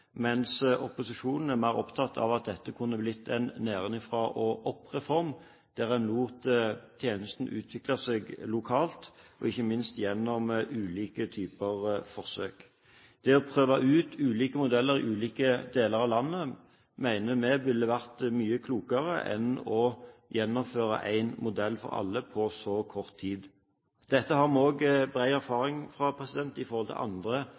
mens opposisjonen er mer opptatt av at dette kunne blitt en nedenfra-og-opp-reform, der en lot tjenesten utvikle seg lokalt og ikke minst gjennom ulike typer forsøk. Det å prøve ut ulike modeller i ulike deler av landet mener vi ville vært mye klokere enn å gjennomføre en modell for alle på så kort tid. Dette har vi også bred erfaring med fra andre